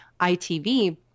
ITV